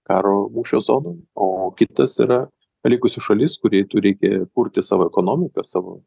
karo mūšio zonų o kitas yra likusi šalis kuri turi kurti savo ekonomiką savo